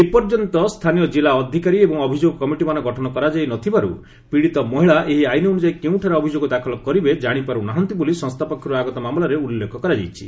ଏ ପର୍ଯ୍ୟନ୍ତ ସ୍ଥାନୀୟ ଜିଲ୍ଲା ଅଧିକାରୀ ଏବଂ ଅଭିଯୋଗ କମିଟିମାନ ଗଠନ କରାଯାଇ ନ ଥିବାରୁ ପୀଡ଼ିତ ମହିଳା ଏହି ଆଇନ୍ ଅନୁଯାୟୀ କେଉଁଠାରେ ଅଭିଯୋଗ ଦାଖଲ କରିବେ ଜାଶିପାରୁ ନାହାନ୍ତି ବୋଲି ସଂସ୍ଥା ପକ୍ଷରୁ ଆଗତ ମାମଲାରେ ଉଲ୍ଲେଖ କରାଯାଇଛି